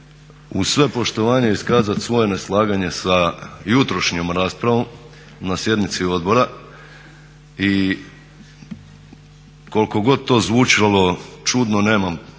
uz sve poštovanje iskazati svoje neslaganje sa jutrošnjom raspravom na sjednici odbora i koliko god to zvučalo čudno nemam